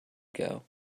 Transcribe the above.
ago